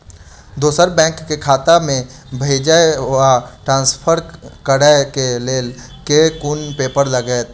दोसर बैंक केँ खाता मे भेजय वा ट्रान्सफर करै केँ लेल केँ कुन पेपर लागतै?